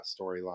storyline